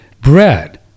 bread